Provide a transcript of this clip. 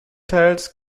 teils